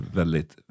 väldigt